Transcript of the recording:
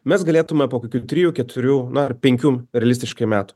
mes galėtume po kokių trijų keturių na ar penkių realistiškai metų